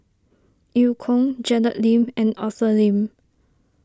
Eu Kong Janet Lim and Arthur Lim